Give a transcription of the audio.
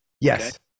Yes